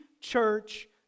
church